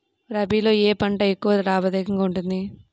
రబీలో ఏ పంట ఎక్కువ లాభదాయకంగా ఉంటుంది?